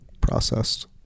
processed